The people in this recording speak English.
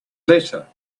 letter